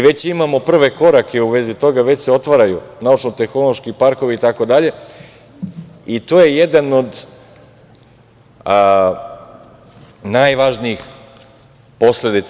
Već imamo prve korake u vezi toga, već se otvaraju naučno-tehnološki parkovi itd. i to je jedan od najvažnijih posledica.